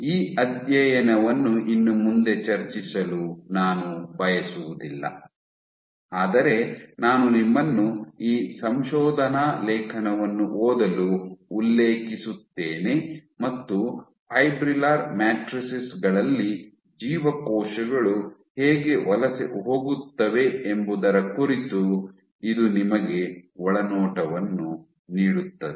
ಈ ಅಧ್ಯಯನವನ್ನು ಇನ್ನು ಮುಂದೆ ಚರ್ಚಿಸಲು ನಾನು ಬಯಸುವುದಿಲ್ಲ ಆದರೆ ನಾನು ನಿಮ್ಮನ್ನು ಈ ಸಂಶೋಧನಾ ಲೇಖನವನ್ನು ಓದಲು ಉಲ್ಲೇಖಿಸುತ್ತೇನೆ ಮತ್ತು ಫೈಬ್ರಿಲ್ಲರ್ ಮ್ಯಾಟ್ರಿಸೈಸ್ ಗಳಲ್ಲಿ ಜೀವಕೋಶಗಳು ಹೇಗೆ ವಲಸೆ ಹೋಗುತ್ತವೆ ಎಂಬುದರ ಕುರಿತು ಇದು ನಿಮಗೆ ಒಳನೋಟವನ್ನು ನೀಡುತ್ತದೆ